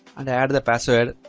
and add the password